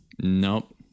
Nope